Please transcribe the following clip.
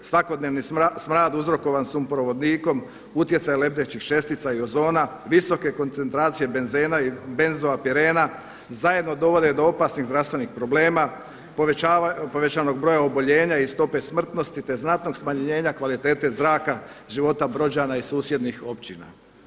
Svakodnevni smrad uzrokovan sumporovodikom, utjecaj lebdećih čestica i ozona, visoke koncentracije benzena i benzoapirena zajedno dovode do opasnih zdravstvenih problema, povećanog broja oboljenja i stope smrtnosti, te znatnog smanjenja kvalitete zraka života Brođana i susjednih općina.